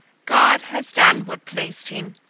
god has done what pleased him.